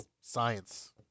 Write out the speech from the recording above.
science